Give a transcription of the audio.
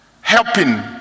helping